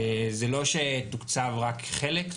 זה לא שתוקצב רק חלק,